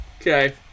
Okay